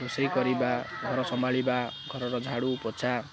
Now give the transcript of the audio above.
ରୋଷେଇ କରିବା ଘର ସମ୍ଭାଳିବା ଘରର ଝାଡ଼ୁ ପୋଛା